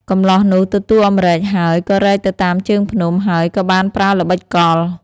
កម្លោះនោះទទួលអំរែកហើយ ក៏រែកទៅតាមជើងភ្នំ ហើយក៏បានប្រើល្បិចកល។